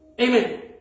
Amen